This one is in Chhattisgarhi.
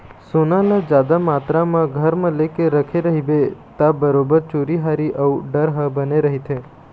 सोना ल जादा मातरा म घर म लेके रखे रहिबे ता बरोबर चोरी हारी अउ डर ह बने रहिथे